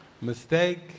Mistake